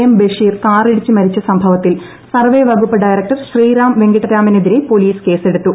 M Basheer കാറിടിച്ച് മരിച്ച സംഭവത്തിൽ സർവേ വകുപ്പ് ഡയറക്ടർ ശ്രീറാം വെങ്കിട്ടരാമനെതിരെ പൊലീസ് കേസെടുത്തു